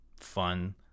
Fun